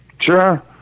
Sure